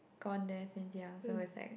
gone there since young so it's like